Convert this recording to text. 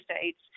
states